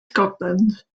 scotland